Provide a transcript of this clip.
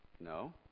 No